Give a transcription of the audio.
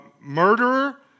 murderer